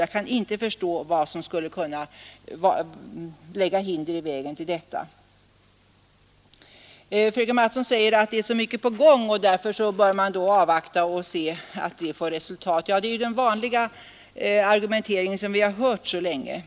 Jag kan inte förstå vad som skulle lägga hinder i vägen för detta. Fröken Mattson säger att så mycket är på gång och att man därför bör avvakta de resultat som detta leder till. Det är ju den vanliga argumenteringen som vi så länge har fått höra.